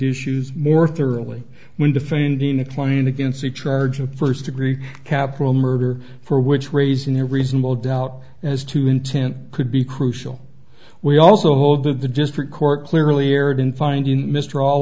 issues more thoroughly when defending a client against the triage of first degree capital murder for which raising the reasonable doubt as to intent could be crucial we also hope that the district court clearly erred in finding mr